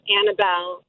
Annabelle